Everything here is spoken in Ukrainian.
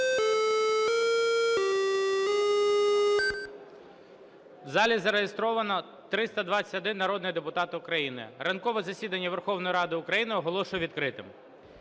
залі зареєстровано 321 народний депутат України. Ранкове засідання Верховної Ради України оголошую відкритим.